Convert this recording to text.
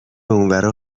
اونورا